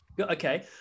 Okay